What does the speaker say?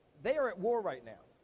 they are at war right now.